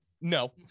No